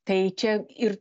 tai čia ir